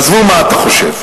עזבו מה אתה חושב.